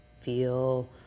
feel